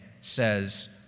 says